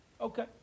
Okay